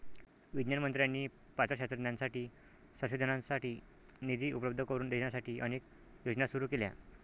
विज्ञान मंत्र्यांनी पात्र शास्त्रज्ञांसाठी संशोधनासाठी निधी उपलब्ध करून देण्यासाठी अनेक योजना सुरू केल्या